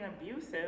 abusive